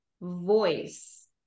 voice